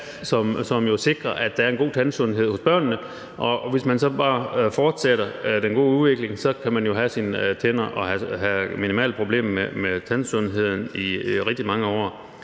jo sikrer, at der er en god tandsundhed hos børnene, og hvis vi så bare fortsætter den gode udvikling, kan man jo have sine tænder og have minimale problemer med tandsundheden i rigtig mange år.